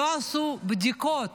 לא עשו בדיקות